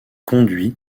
conduits